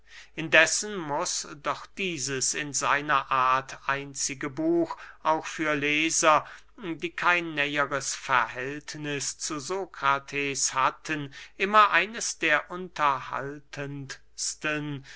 indessen muß doch dieses in seiner art einzige buch auch für leser die kein näheres verhältniß zu sokrates hatten immer eines der